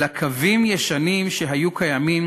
אלא קווים ישנים, שהיו קיימים